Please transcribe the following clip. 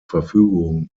verfügung